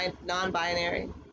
non-binary